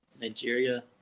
Nigeria